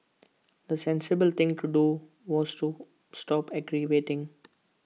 the sensible thing to do was to stop aggravating